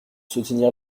soutenir